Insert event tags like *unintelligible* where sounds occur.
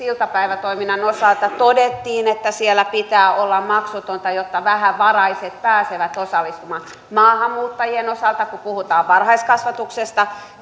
*unintelligible* iltapäivätoiminnan osalta todettiin että siellä pitää olla maksutonta jotta vähävaraiset pääsevät osallistumaan maahanmuuttajien osalta kun puhutaan varhaiskasvatuksesta *unintelligible*